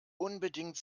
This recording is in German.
unbedingt